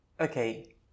Okay